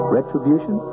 Retribution